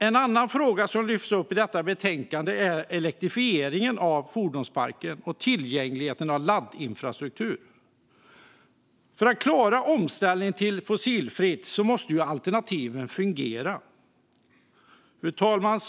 En annan fråga som lyfts upp i detta betänkande är elektrifieringen av fordonsparken och tillgängligheten när det gäller laddinfrastruktur. För att klara omställningen till fossilfritt måste alternativen fungera.